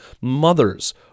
mothers